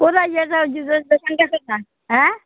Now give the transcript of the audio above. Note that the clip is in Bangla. ওরা যেটা দেবে অ্যাঁ